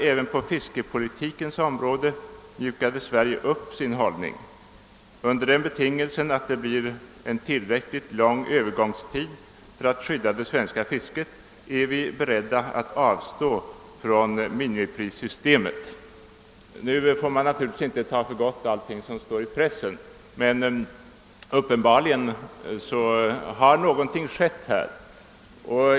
——— Även på fiskepolitikens område mjukade Sverige upp sin hållning. Under den betingelsen att det blir en tillräckligt lång övergångstid för att skydda det svenska fisket är vi beredda att avstå från minimiprissystemet.» Man skall naturligtvis inte ta allt som står i pressen för gott, men uppenbart är att något här har hänt.